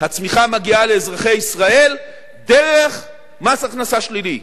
הצמיחה מגיעה לאזרחי ישראל דרך מס הכנסה שלילי,